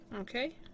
Okay